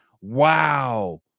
Wow